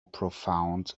profound